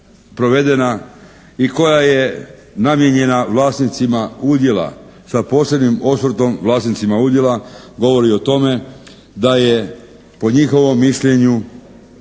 i koja je namijenjena vlasnicima udjela sa posebnim osvrtom vlasnicima udjela govori o tome da je po njihovom mišljenju